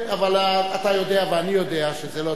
אבל אתה יודע ואני יודע שזה לא טוב,